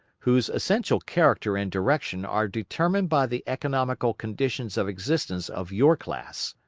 whose essential character and direction are determined by the economical conditions of existence of your class.